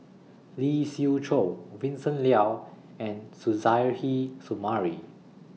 Lee Siew Choh Vincent Leow and Suzairhe Sumari